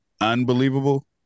unbelievable